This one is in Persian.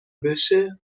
بشه